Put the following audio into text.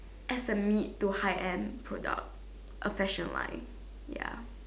as a mid to high end product a fashion line ya